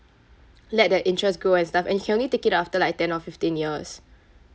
let the interest grow and stuff and can only take it after like ten or fifteen years